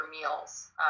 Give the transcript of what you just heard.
meals